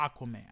Aquaman